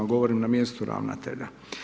Govorim na mjestu ravnatelja.